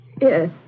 Yes